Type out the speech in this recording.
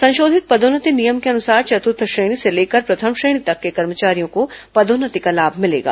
संशोधित पदोन्नति नियम के अनुसार चतुर्थ श्रेणी से लेकर प्रथम श्रेणी तक के कर्मचारियों को पदोन्नति का लाभ मिलेगा